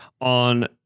on